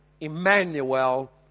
Emmanuel